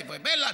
דברי בלע,